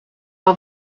are